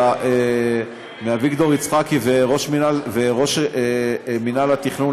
אלא מאביגדור יצחקי וראש מינהל התכנון,